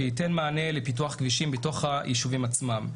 שייתן מענה לפיתוח כבישים בתוך הישובים עצמם.